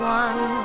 one